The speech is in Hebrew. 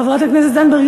חברת הכנסת זנדברג,